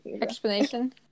Explanation